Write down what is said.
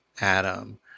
Adam